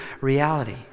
reality